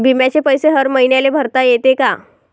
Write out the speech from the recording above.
बिम्याचे पैसे हर मईन्याले भरता येते का?